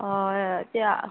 অ এতিয়া